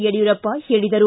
ಯಡಿಯೂರಪ್ಪ ಹೇಳಿದರು